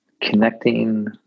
Connecting